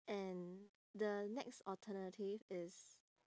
and the next alternative is